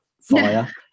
fire